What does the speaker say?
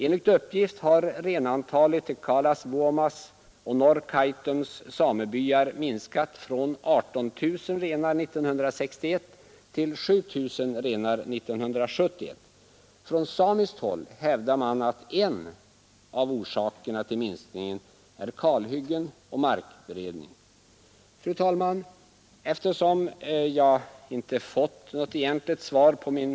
Enligt uppgift har renantalet 21 november 1972 i Kaalasvuomas och Norrkaitums samebyar minskat från 18 000 renar år 1961 till 7 000 renar år 1971. Från samiskt håll hävdar man att en av orsakerna till minskningen är kalhyggen och markberedning. Fru talman! Eftersom jag inte har fått något egentligt svar på min Ang.